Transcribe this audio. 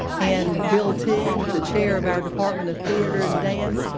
and bill teague, the chair of our department of theatre and dance,